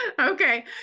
okay